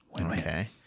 okay